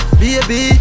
baby